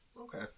Okay